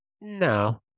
No